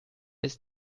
ist